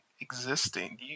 existing